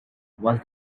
was